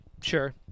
Sure